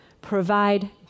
provide